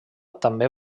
també